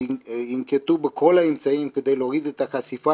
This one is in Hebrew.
ינקטו בכל האמצעים כדי להוריד את החשיפה